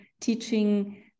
teaching